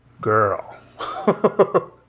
girl